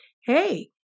hey